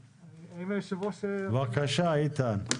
בבקשה, איתן.